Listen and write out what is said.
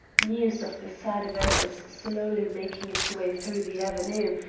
news of the sad event was slowly making its way through the avenue,